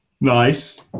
Nice